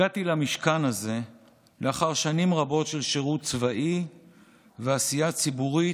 הגעתי למשכן הזה לאחר שנים רבות של שירות צבאי ועשייה ציבורית,